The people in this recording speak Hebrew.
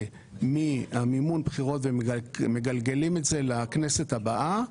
ממימון בחירות ומגלגלים את זה לכנסת הבאה,